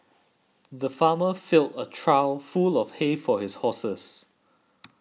the farmer filled a trough full of hay for his horses